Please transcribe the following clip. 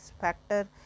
factor